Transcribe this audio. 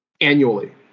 annually